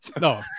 No